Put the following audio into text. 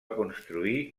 construir